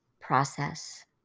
process